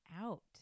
out